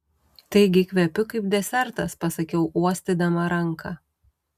taigi kvepiu kaip desertas pasakiau uostydama ranką